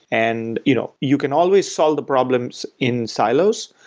and you know you can always solve the problems in silos.